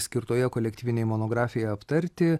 skirtoje kolektyvinei monografijai aptarti